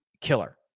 killer